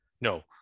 No